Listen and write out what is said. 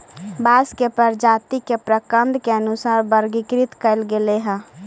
बांस के प्रजाती के प्रकन्द के अनुसार वर्गीकृत कईल गेले हई